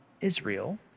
Israel